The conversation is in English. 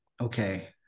okay